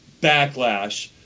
backlash